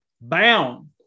bound